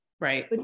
Right